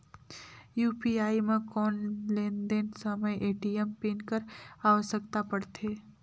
UPI म कौन लेन देन समय ए.टी.एम पिन कर आवश्यकता पड़थे?